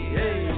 hey